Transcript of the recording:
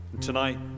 Tonight